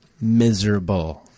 Miserable